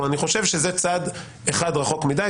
כלומר, אני חושב שזה צעד אחד רחוק מדי.